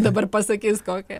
dabar pasakys kokią